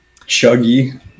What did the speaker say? Chuggy